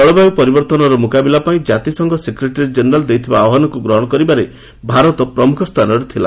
ଜଳବାୟୁ ପରିବର୍ତ୍ତନର ମୁକାବିଲା ପାଇଁ ଜାତିସଂଘ ସେକ୍ରେଟାରୀ ଜେନେରାଲ ଦେଇଥିବା ଆହ୍ୱାନକୁ ଗ୍ରହଣ କରିବାରେ ଭାରତ ପ୍ରମୁଖ ସ୍ଥାନରେ ଥିଲା